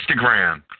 Instagram